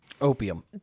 opium